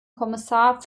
kommissar